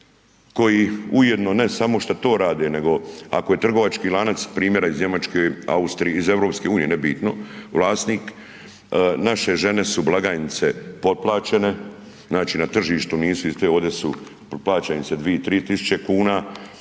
koji ujedno ne samo šta to rade, nego ako je trgovački lanac primjera Njemačke, Austrije iz EU nebitno, vlasnik naše žene su blagajnice potplaćene, znači na tržištu nisu iste ovde su plaća im se 2-3.000 kuna,